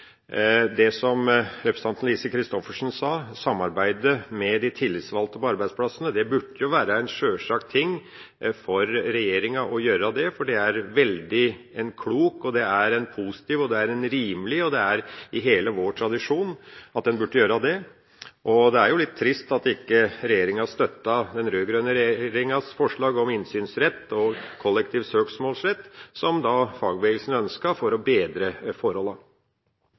Det som representanten Lise Christoffersen sa om å samarbeide med de tillitsvalgte på arbeidsplassene, burde være en sjølsagt ting for regjeringa å gjøre, for det er klokt, positivt, rimelig og i hele vår tradisjon at en gjør det. Det er litt trist at regjeringa ikke støttet den rød-grønne regjeringas forslag om innsynsrett og kollektiv søksmålsrett, som fagbevegelsen ønsket for å bedre